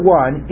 one